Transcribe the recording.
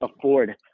afford